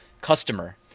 customer